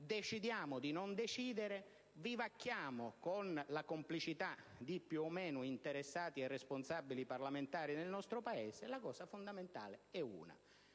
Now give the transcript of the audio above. decidiamo di non decidere; bivacchiamo con la complicità di più o meno interessati e responsabili parlamentari del nostro Paese. La questione fondamentale è una: